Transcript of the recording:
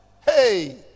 Hey